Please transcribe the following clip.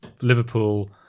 Liverpool